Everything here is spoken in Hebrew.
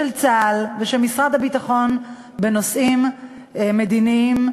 של צה"ל ושל משרד הביטחון בנושאים מדיניים,